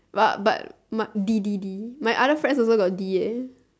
but but but D D D my other friends also got D eh